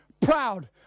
proud